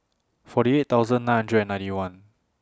forty eight thousand nine hundred and ninety one